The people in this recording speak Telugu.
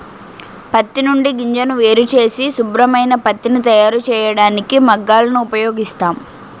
పత్తి నుండి గింజను వేరుచేసి శుభ్రమైన పత్తిని తయారుచేయడానికి మగ్గాలను ఉపయోగిస్తాం